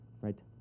right